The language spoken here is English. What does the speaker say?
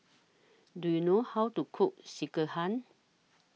Do YOU know How to Cook Sekihan